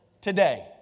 today